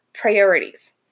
priorities